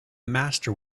master